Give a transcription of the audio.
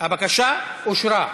הבקשה אושרה.